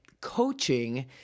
coaching